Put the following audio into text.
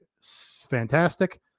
fantastic